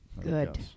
Good